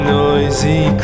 noisy